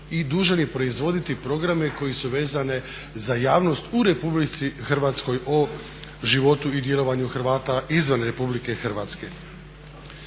i dužan je proizvoditi programe koji su vezani za javnost u RH o životu i djelovanju Hrvata izvan RH. Bili ste